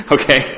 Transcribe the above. Okay